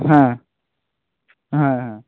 হ্যাঁ হ্যাঁ হ্যাঁ